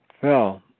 fell